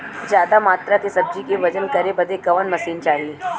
ज्यादा मात्रा के सब्जी के वजन करे बदे कवन मशीन चाही?